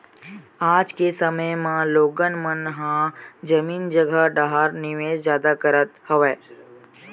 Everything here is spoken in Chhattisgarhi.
आज के समे म लोगन मन ह जमीन जघा डाहर निवेस जादा करत हवय